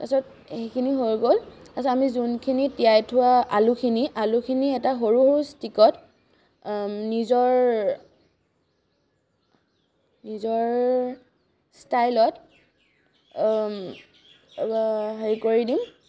তাৰপিছত সেইখিনি হৈ গ'ল তাৰপিছত আমি যোনখিনি তিয়াই থোৱা আলুখিনি আলুখিনি এটা সৰু সৰু ষ্টিকত নিজৰ নিজৰ ষ্টাইলত হেৰি কৰি দিম